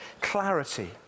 clarity